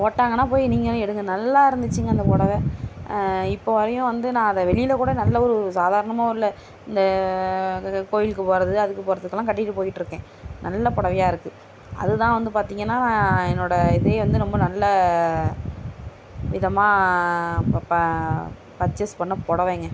போட்டாங்கன்னால் போய் நீங்களும் எடுங்க நல்லாயிருந்துச்சிங்க அந்த புடவ இப்போ வரையும் வந்து நான் அதை வெளியில் கூட நல்ல ஒரு சாதாரணமாக உள்ள இந்த கோயிலுக்கு போவது அதுக்கு போவதுக்குலாம் கட்டிகிட்டு போய்ட்டிருக்கேன் நல்ல புடவயா இருக்குது அதுதான் வந்து பார்த்திங்கன்னா நான் என்னோட இதிலயே வந்து ரொம்ப நல்ல விதமாக பர்ச்சேஸ் பண்ண புடவைங்க